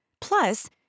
Plus